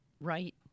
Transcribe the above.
Right